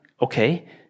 okay